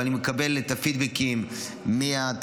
אבל אני מקבל פידבקים מהתעשיינים,